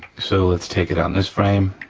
so let's take it on this frame,